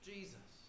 Jesus